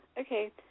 Okay